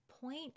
point